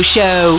Show